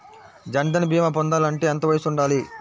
జన్ధన్ భీమా పొందాలి అంటే ఎంత వయసు ఉండాలి?